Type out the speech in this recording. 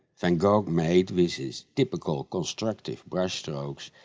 van gogh made, with his typical constructive brush strokes,